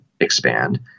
expand